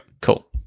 cool